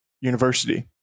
University